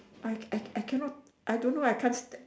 I I I cannot I don't know I can't step